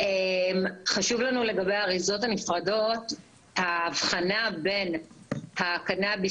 חשובה לנו לגבי האריזות הנפרדות ההבחנה בין הקנאביס